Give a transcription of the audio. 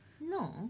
no